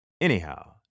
Anyhow